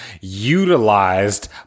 utilized